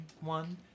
one